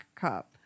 cup